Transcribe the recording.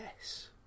yes